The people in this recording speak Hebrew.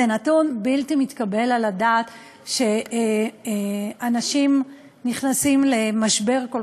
זה נתון בלתי מתקבל על הדעת שאנשים נכנסים למשבר כל